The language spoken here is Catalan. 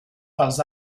pels